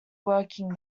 working